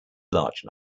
large